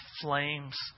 flames